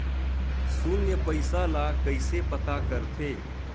शून्य पईसा ला कइसे पता करथे?